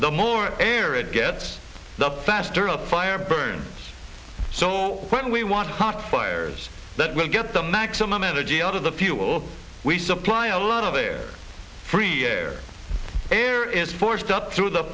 the more air it gets the faster up fire burns so when we want to talk fires that will get the maximum energy out of the fuel we supply a lot of their free air air is forced up through the